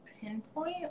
pinpoint